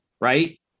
right